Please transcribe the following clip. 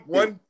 one